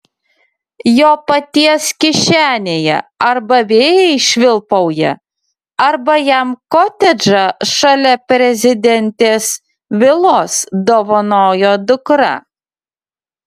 jo paties kišenėje arba vėjai švilpauja arba jam kotedžą šalia prezidentės vilos dovanojo dukra